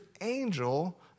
angel